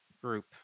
group